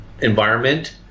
environment